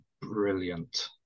brilliant